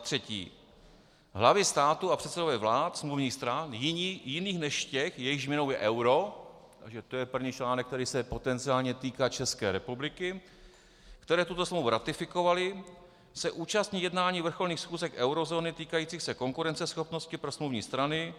3. Hlavy států a předsedové vlád smluvních stran jiných než těch, jejichž měnou je euro to je první článek, který se potenciálně týká České republiky , které tuto smlouvu ratifikovaly, se účastní jednání vrcholných schůzek eurozóny týkajících se konkurenceschopnosti pro smluvní strany,